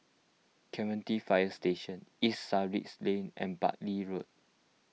Clementi Fire Station East Sussex Lane and Buckley Road